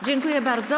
Dziękuję bardzo.